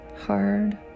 hard